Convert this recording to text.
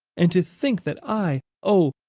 and to think that i oh,